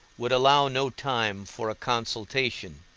would allow no time for a consultation.